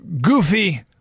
goofy